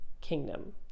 kingdom